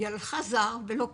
יהללך זר ולא פיך.